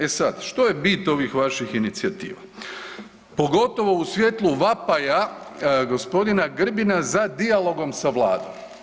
E sad, što je bit ovih vaših inicijativa, pogotovo u svjetlu vapaja g. Grbina za dijalogom sa vladom?